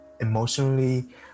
emotionally